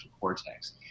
cortex